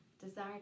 desire